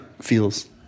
feels